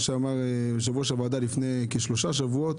שאמר יושב-ראש הוועדה לפני כשלושה שבועות